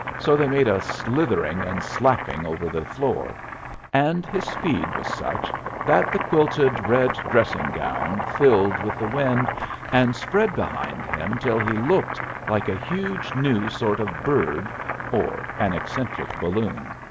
so they made a slithering and slapping over the floor and his speed was such that the quilted red dressing-gown filled with the wind and spread behind him till he looked like a huge new sort of bird or an eccentric balloon.